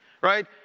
right